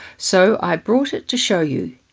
so i brought it to show you,